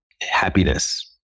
happiness